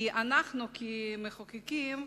כי אנחנו כמחוקקים,